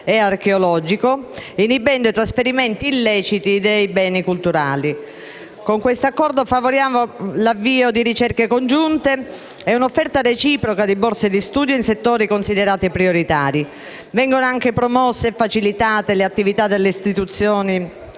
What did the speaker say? e archeologico e inibendo i trasferimenti illeciti di beni culturali. Con questo Accordo favoriamo l'avvio di ricerche congiunte e un'offerta reciproca di borse di studio in settori considerati prioritari. Vengono anche promosse e facilitate le attività delle istituzioni